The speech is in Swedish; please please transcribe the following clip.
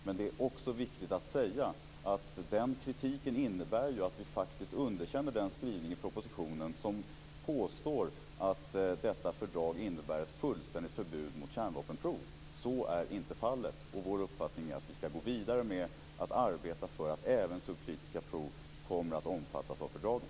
Men det är också viktigt att säga att den kritiken innebär att vi underkänner den skrivning i propositionen som påstår att detta fördrag innebär ett fullständigt förbud mot kärnvapenprov. Så är inte fallet. Vår uppfattning är att vi skall gå vidare med att arbeta för att även så kritiserade prov kommer att omfattas av fördraget.